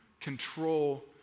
control